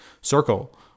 circle